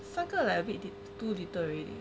三个 like a bit too little already